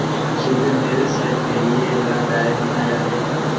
सुखे मेवे सेहत के लिये लाभदायक माने जाते है